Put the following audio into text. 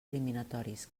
eliminatoris